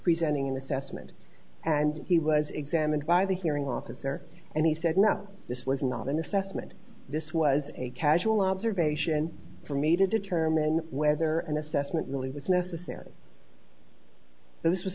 presenting an assessment and he was examined by the hearing officer and he said no this was not an assessment this was a casual observation for me to determine whether an assessment really was necessary those